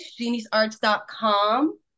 genie'sarts.com